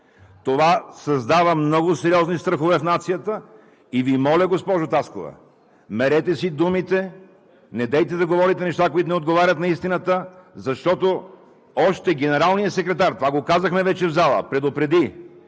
Това създава много сериозни страхове в нацията. И Ви моля, госпожо Таскова, мерете си думите, недейте да говорите неща, които не отговарят на истината. Още генералният секретар, това го казахме вече в залата, предупреди,